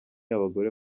abagore